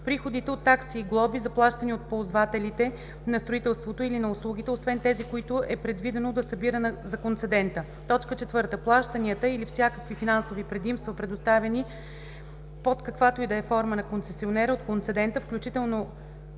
приходите от такси и глоби, заплащани от ползвателите на строителството или на услугите, освен тези, които е предвидено да събира за концедента; 4. плащанията или всякакви финансови предимства, предоставени под каквато и да е форма на концесионера от концедента, включително